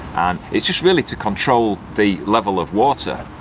and it's just really to control the level of water.